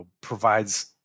provides